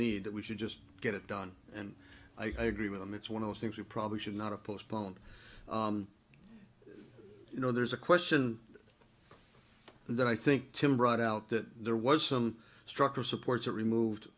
need that we should just get it done and i agree with him it's one of those things we probably should not a postponed you know there's a question that i think tim brought out that there was some structure supports that removed